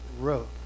wrote